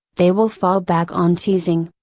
they will fall back on teasing.